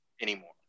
anymore